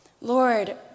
Lord